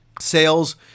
Sales